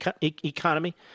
economy